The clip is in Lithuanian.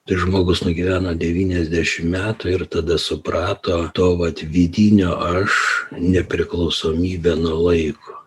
tai žmogus nugyveno devyniasdešim metų ir tada suprato to vat vidinio aš nepriklausomybę nuo laiko